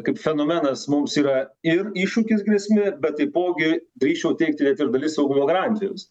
kaip fenomenas mums yra ir iššūkis grėsmė bet taipogi drįsčiau teigti bet ir dalis saugumo garantijos